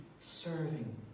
serving